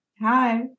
Hi